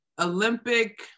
Olympic